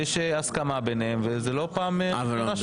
יש הסכמה ביניהם וזו לא פעם ראשונה שעושים